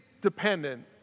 dependent